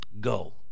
go